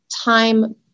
time